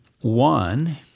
One